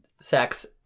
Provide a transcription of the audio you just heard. sex